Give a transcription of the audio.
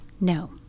No